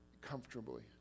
comfortably